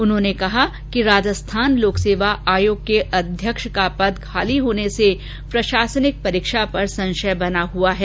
उन्होंने कहा कि राजस्थान लोक सेवा आयोग के अध्यक्ष का पद खाली होने से प्रषासनिक परीक्षा पर संषय बना हुआ है